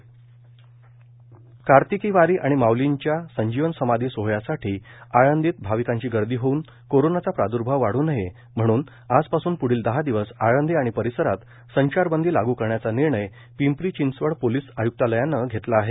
संजीवन समाधी कार्तिकी वारी आणि माउलींच्या संजीवन समाधी सोहोळ्यासाठी आळंदीत भाविकांची गर्दी होऊन कोरोनाचा प्राद्र्भाव वाढू नये म्हणून आजपासून प्ढील दहा दिवस आळंदी आणि परिसरात संचारबंदी लागू करण्याचा निर्णय पिंपरी चिंचवड पोलीस आय्क्तालयानं घेतला आहे